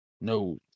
No